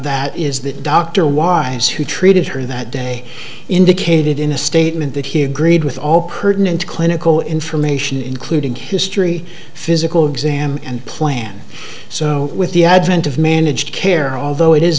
that is the doctor wives who treated her that day indicated in a statement that he agreed with all pertinent clinical information including history physical exam and plan so with the advent of managed care although it is